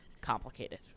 complicated